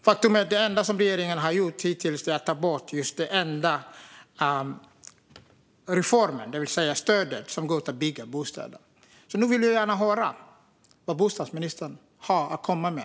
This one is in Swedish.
Faktum är att det enda regeringen har gjort hittills är att ta bort den enda reformen, det vill säga stödet som går till att bygga bostäder. Nu vill jag gärna höra vad bostadsministern har att komma med.